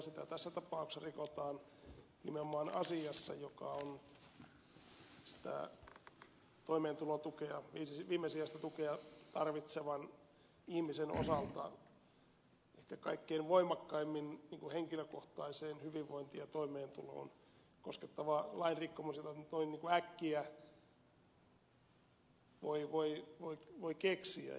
sitä tässä tapauksessa rikotaan nimenomaan asiassa joka on sitä toimeentulotukea viimesijaista tukea tarvitsevan ihmisen osalta ehkä kaikkein voimakkaimmin henkilökohtaista hyvinvointia ja toimeentuloa koskettava lain rikkomus jonka nyt noin äkkiä voi keksiä